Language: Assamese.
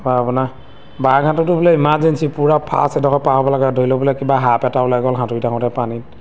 হয় আপোনাৰ বাঘ সাঁতোৰটো বোলে ইমাৰ্জেঞ্চি পূৰা ফাষ্ট এডোখৰ পাৰ হ'ব লাগে ধৰি লওক বোলে কিবা সাপ এটা ওলাই গ'ল সাঁতুৰি থাকোঁতে পানীত